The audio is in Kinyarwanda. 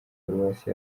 paruwasi